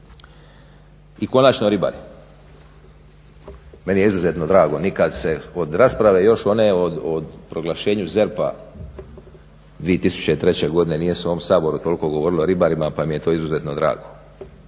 I konačno ribari. Meni je izuzetno drago, nikad se od rasprave još one o proglašenju ZERP-a 2003. godine nije se u ovom Saboru toliko govorilo o ribarima pa mi je to izuzetno drago.